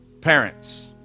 parents